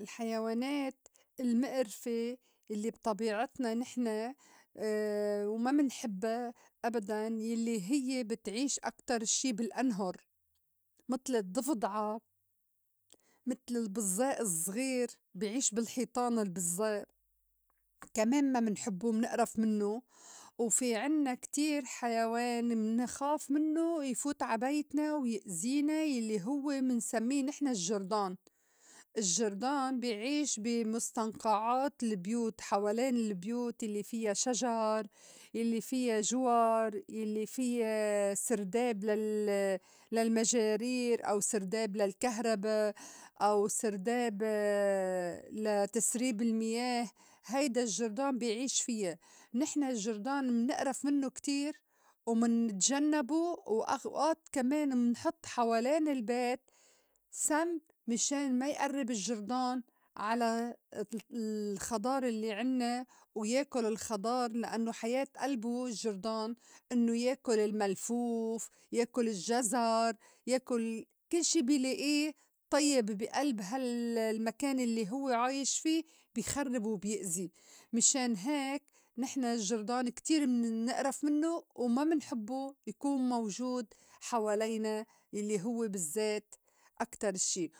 الحيوانات المِئرفة الّي بطبيعتنا نحن وما منحبّا أبداً يلّي هيّ بتعيش أكتر الشّي بالأنهُر متل الضّفدْعة، متل البزّائ الزغير بي عيش بالحيطان البزّائ كمان ما منحبّو منأرف مِنّو، وفي عنّا كتير حيوان منخاف منّو يفوت عا بيتنا ويأزينا يلّي هوّ منسمّيه نحن الجّردون، الجّردون بي عيش بي مُستنقعات البيوت حوالين البيوت يلّي فِيّا شجر، يلّي فِيّا جِوَر، يلّي فِيّا سِرداب لل- للمجارير أو سرْداب للكهربا أو سرداب لا تسريب المِياه هيدا الجّردون بي عيش فِيّا، نحن الجردون منأرف منّو كتير ومنتجنّبو وأخ- وأوئات كمان منحط حوالين البيت سم مِشان ما يئرّب الجّردون على ال- الخَضار الّي عنّا وياكُل الخَضار لإنّو حياة ألبو الجِّردون إنّو ياكُل الملفوف، ياكُل الجّزر، ياكل كل شي بي لائيه طيّب بي ألب هالْمكان الّي هوّ عايش في بي خرّب وبيأزي. مِشان هيك نحن الجّردون كتير منئرف منّو وما منحبّو يكون موجود حوالينا يلّي هوّ بالزّيت أكتر شي.